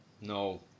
No